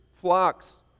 flocks